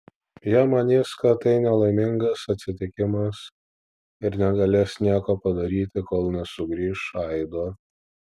jie manys kad tai nelaimingas atsitikimas ir negalės nieko padaryti kol nesugrįš aido